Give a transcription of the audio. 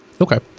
Okay